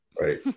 Right